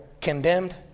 condemned